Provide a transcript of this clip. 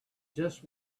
just